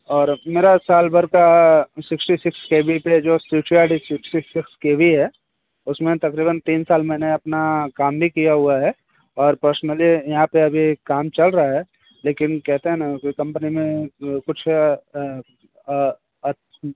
और मेरा साल भर का सिस्टी सिक्स के बी पर जो सिक्योरिटी सिस्टी सिक्स के बी है उसमें तकरीबन तीन साल मैंने अपना काम भी किया हुआ है और पर्सनली यहाँ पर अभी काम चल रहा है लेकिन कहते है न कोई कम्पनी में कुछ